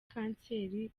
kanseri